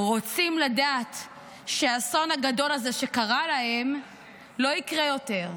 רוצים לדעת שהאסון הגדול הזה שקרה להם לא יקרה יותר,